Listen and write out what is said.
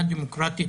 דמוקרטית,